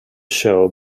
show